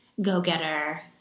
go-getter